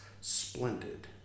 splendid